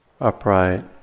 upright